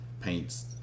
paints